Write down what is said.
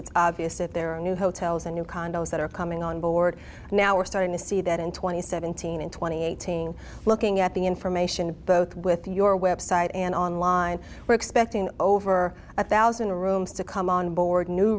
it's obvious that there are new hotels and new condos that are coming on board now we're starting to see that in twenty seventeen and twenty eighteen looking at the information both with your website and online we're expecting over a thousand rooms to come on board new